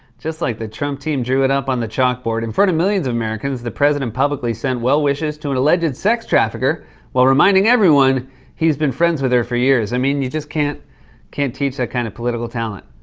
just like the trump team drew it up on the chalkboard. in front of millions of americans, the president publicly sent well wishes to an alleged sex trafficker while reminding everyone he's been friends with her for years. i mean, you just can't can't teach that kind of political talent.